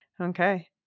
Okay